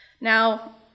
Now